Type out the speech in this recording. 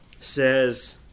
says